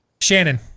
Shannon